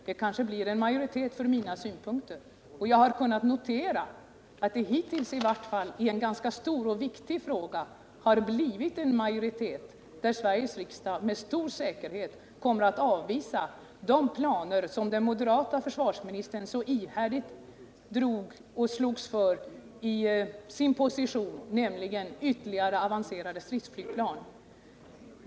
Det kanske blir en majoritet för mina synpunkter. Jag har också kunnat konstatera att det i en stor och ganska viktig fråga har blivit en majoritet. Sveriges riksdag kommer med stor säkerhet att avvisa de planer som den tidigare moderate försvarsministern så ihärdigt slogs för i sin position, nämligen planerna på ytterligare avancerade stridsflygplan.